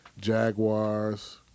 Jaguars